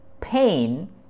pain